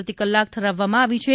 પ્રતિકલાક ઠરાવવામાં આવી છે